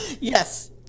Yes